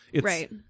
Right